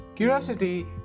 Curiosity